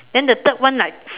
then the third one like